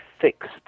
fixed